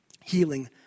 Healing